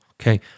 okay